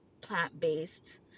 plant-based